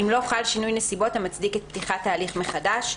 אם לא חל שינוי נסיבות המצדיק את פתיחת ההליך מחדש,